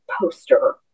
poster